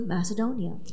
Macedonia